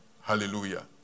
Hallelujah